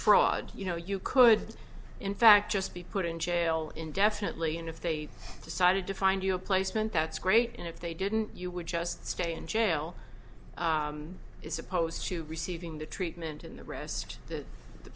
fraud you know you could in fact just be put in jail indefinitely and if they decided to find you a placement that's great and if they didn't you would just stay in jail is supposed to be receiving the treatment in the rest that the